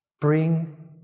Bring